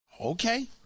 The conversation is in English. Okay